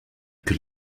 que